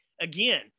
again